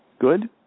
Good